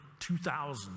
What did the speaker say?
2000